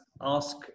ask